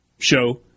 show